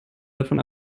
davon